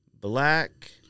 black